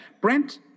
Brent